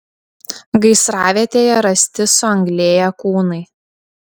gaisravietėje rasti suanglėję kūnai